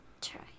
try